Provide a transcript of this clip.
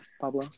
Pablo